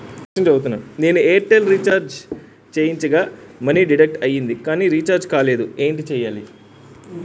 నేను Airtel recharge చేయించగా money deduct అయ్యింది కానీ రీఛార్జ్ కాలేదు ఏంటి చేయాలి?